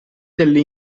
delle